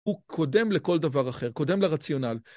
הוא קודם לכל דבר אחר, קודם לרציונאל.